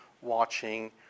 watching